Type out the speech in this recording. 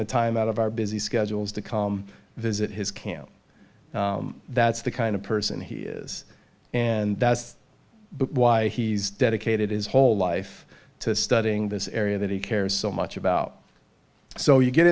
the time out of our busy schedules to visit his camp that's the kind of person he is and that's why he's dedicated his whole life to studying this area that he cares so much about so you get